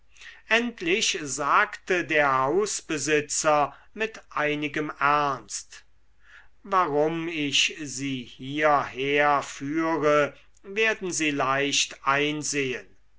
endlich sagte der hausbesitzer mit einigem ernst warum ich sie hierher führe werden sie leicht einsehen